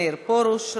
מאיר פרוש.